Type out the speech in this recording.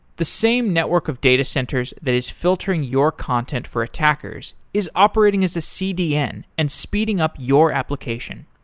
the same network of data centers that is filtering your content for attackers is operating as a cdn and speeding up your application.